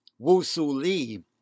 Wusuli